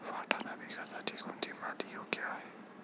वाटाणा पिकासाठी कोणती माती योग्य आहे?